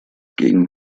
gegen